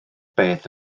beth